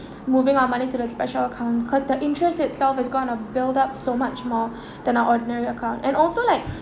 moving our money to the special account cause the interest itself is gonna to build up so much more than our ordinary account and also like